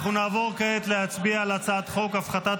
אנחנו נעבור כעת להצביע על הצעת חוק הפחתת